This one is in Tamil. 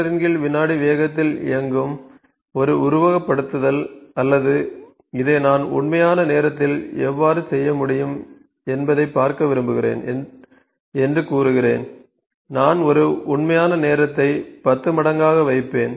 1 மீ வி வேகத்தில் இயங்கும் ஒரு உருவகப்படுத்துதல் அல்லது இதை நான் உண்மையான நேரத்தில் எவ்வாறு செய்ய முடியும் என்பதைப் பார்க்க விரும்புகிறேன் என்று கூறுகிறேன் நான் ஒரு உண்மையான நேரத்தை 10 மடங்காக வைப்பேன்